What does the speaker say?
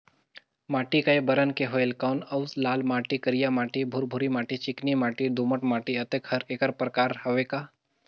माटी कये बरन के होयल कौन अउ लाल माटी, करिया माटी, भुरभुरी माटी, चिकनी माटी, दोमट माटी, अतेक हर एकर प्रकार हवे का?